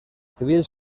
civil